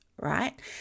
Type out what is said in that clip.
right